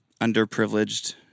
underprivileged